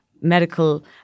medical